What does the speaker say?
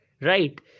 right